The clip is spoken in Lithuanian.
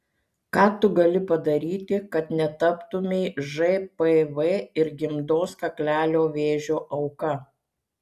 ką tu gali padaryti kad netaptumei žpv ir gimdos kaklelio vėžio auka